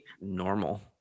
Normal